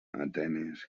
atenes